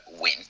win